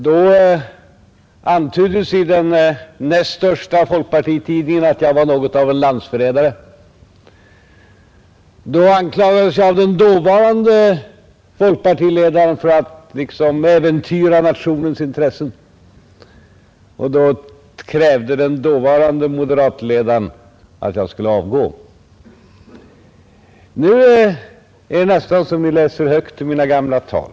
Då antyddes i den näst största folkpartitidningen att jag var något av en landsförrädare. Då anklagades jag av den dåvarande folkpartiledaren för att liksom äventyra nationens intressen, och då krävde den dåvarande moderatledaren att jag skulle avgå. Nu är det nästan som om ni läser högt ur mina gamla tal.